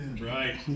Right